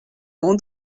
mon